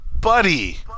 Buddy